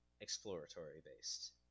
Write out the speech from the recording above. exploratory-based